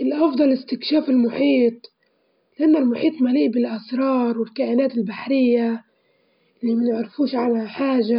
الأفضل التغيير في الطبيعة الحياة البرية بتعطيك راحة نفسية وتخليك بعيد عن ضغوط الحياة، ودوشة العالم تستنشق